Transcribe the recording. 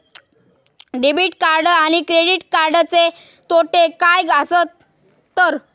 Debit आणि credit कार्डचे तोटे काय आसत तर?